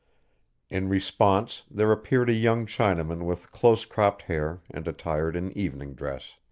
in response there appeared a young chinaman with close-cropped hair and attired in evening dress.